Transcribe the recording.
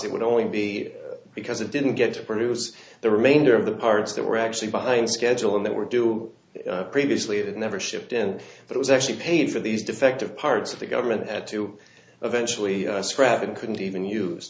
it would only be because it didn't get to produce the remainder of the parts that were actually behind schedule and they were doing previously that never shipped and that was actually paid for these defective parts of the government had to eventually scrap and couldn't even use